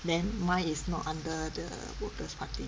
then mine is not under the workers' party